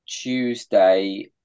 Tuesday